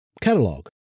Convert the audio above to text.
catalog